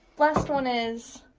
last one is